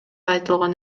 айтылган